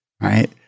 right